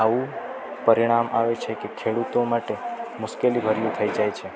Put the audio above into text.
આવું પરિણામ આવે છે કે ખેડૂતો માટે મુશ્કેલીભર્યું થઈ જાય છે